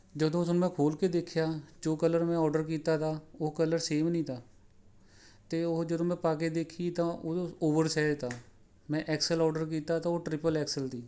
ਜਦੋਂ ਉਸਨੂੰ ਮੈਂ ਖੋਲ੍ਹ ਕੇ ਦੇਖਿਆ ਜੋ ਕਲਰ ਮੈਂ ਔਰਡਰ ਕੀਤਾ ਤਾ ਉਹ ਕਲਰ ਸੇਮ ਨਹੀਂ ਤਾ ਅਤੇ ਉਹ ਜਦੋਂ ਮੈਂ ਪਾ ਕੇ ਦੇਖੀ ਤਾਂ ਓਹ ਓਵਰ ਸਾਈਜ਼ ਤਾ ਮੈਂ ਐਕਸ ਐੱਲ ਔਰਡਰ ਕੀਤਾ ਤਾ ਓਹ ਟ੍ਰਿਪਲ ਐਕਸ ਐੱਲ ਤੀ